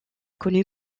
connu